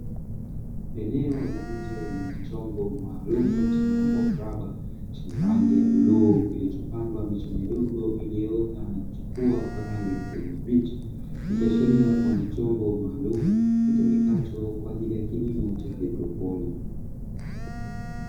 Eneo la nje lenye chombo maalumu chenye umbo mraba, chenye rangi ya bluu kilichopandwa miche midogo iliyoota na kuchipua kwa rangi ya kijani kibichi. Ikiashiria kuwa ni chombo maalumu kitumikacho kwa ajili ya kilimo cha haidroponi.